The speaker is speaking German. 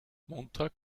montag